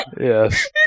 Yes